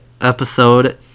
episode